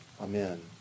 Amen